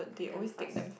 damn fast